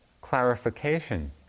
clarification